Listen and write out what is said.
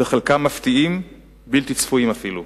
וחלקם מפתיעים, בלתי צפויים אפילו.